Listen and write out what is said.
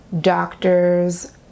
Doctors